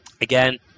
again